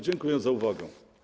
Dziękuję za uwagę.